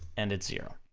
and it's zero,